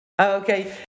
Okay